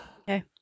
okay